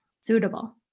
suitable